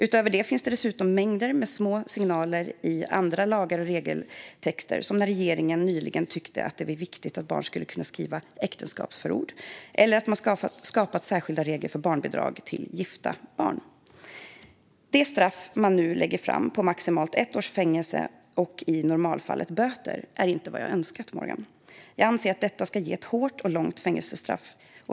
Utöver det finns dessutom mängder med små signaler i andra lagar och regeltexter, som när regeringen nyligen tyckte att det var viktigt att barn skulle kunna skriva äktenskapsförord eller att man har skapat särskilda regler för barnbidrag till gifta barn. Det straff man nu lägger fram, på maximalt ett års fängelse och i normalfallet böter, är inte vad jag önskat. Jag anser att detta ska ge ett hårt och långt fängelsestraff.